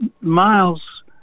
miles